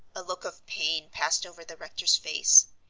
a look of pain passed over the rector's face.